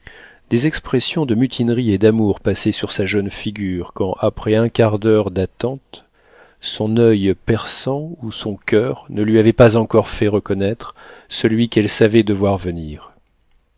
des expressions de mutinerie et d'amour passaient sur sa jeune figure quand après un quart d'heure d'attente son oeil perçant ou son coeur ne lui avaient pas encore fait reconnaître celui qu'elle savait devoir venir